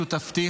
שותפתי,